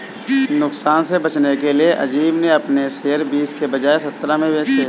नुकसान से बचने के लिए अज़ीम ने अपने शेयर बीस के बजाए सत्रह में बेचे